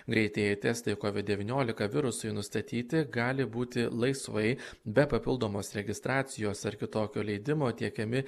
greitieji testai covid devyniolika virusui nustatyti gali būti laisvai be papildomos registracijos ar kitokio leidimo tiekiami